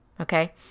okay